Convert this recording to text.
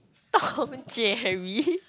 Tom and Jerry